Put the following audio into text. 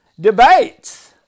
debates